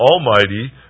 almighty